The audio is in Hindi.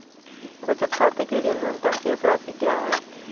बचत खाते के लिए न्यूनतम शेष राशि क्या है?